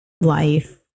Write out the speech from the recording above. life